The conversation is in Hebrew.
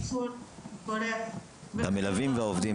המלווים והעובדים,